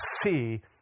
see